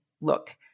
look